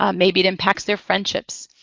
ah maybe it impacts their friendships.